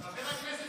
חבר הכנסת סמוטריץ'.